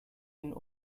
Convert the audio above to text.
einen